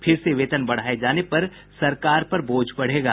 फिर से वेतन बढ़ाये जाने पर सरकार पर बोझ बढ़ेगा